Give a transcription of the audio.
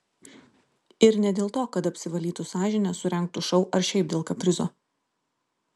ir ne dėl to kad apsivalytų sąžinę surengtų šou ar šiaip dėl kaprizo